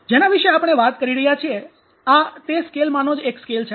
જેના વિશે આપણે વાત કરી રહ્યા છીએ આ તે સ્કેલમાનો જ એક સ્કેલ છે